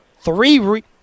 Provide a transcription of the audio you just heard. Three